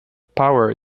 power